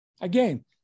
again